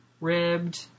ribbed